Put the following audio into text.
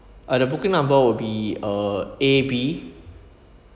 uh the booking number would be uh A B